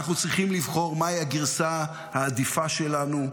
אנחנו צריכים לבחור מהי הגרסה העדיפה שלנו,